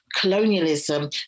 colonialism